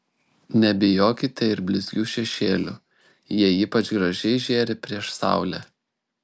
nebijokite ir blizgių šešėlių jie ypač gražiai žėri prieš saulę